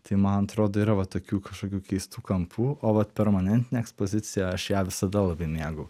tai man atrodo yra tokių kažkokių keistų kampų o vat permanentinę ekspoziciją aš ją visada labai mėgau